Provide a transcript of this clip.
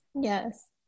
Yes